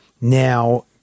now